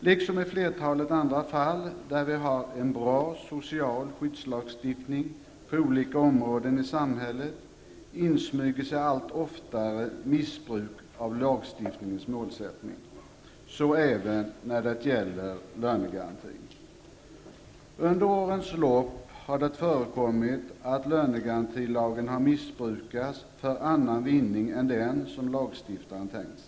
Liksom i flertalet andra fall där vi har en bra social skyddslagstiftning på olika områden i samhället insmyger sig allt oftare missbruk av lagstiftningens målsättning -- så även när det gäller lönegarantin. Under årens lopp har det förekommit att lönegarantilagen har missbrukats för annan vinning än den som lagstiftaren tänkt sig.